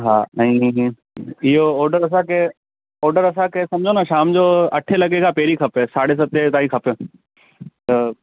हा ऐं इहो ऑडर असांखे ऑडर असांखे सम्झो न शाम जो अठें लॻे खां पहिरीं खपे साढे सतें ताईं खपे त